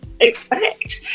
expect